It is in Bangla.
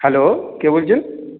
হ্যালো কে বলছেন